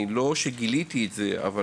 לא שמדובר בגילוי חדש עבורי,